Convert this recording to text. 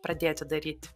pradėti daryt